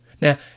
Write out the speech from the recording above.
now